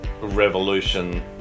revolution